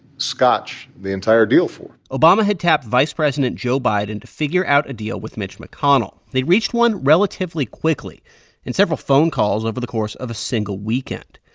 scotch the entire deal for obama had tapped vice president joe biden to figure out a deal with mitch mcconnell. they reached one relatively quickly in several phone calls over the course of a single weekend.